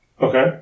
Okay